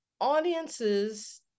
audiences